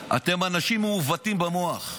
אתם אנשים מעוותים במוח.